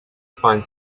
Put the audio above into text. find